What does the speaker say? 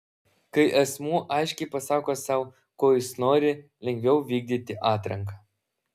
kai asmuo aiškiai pasako sau ko jis nori lengviau vykdyti atranką